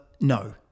no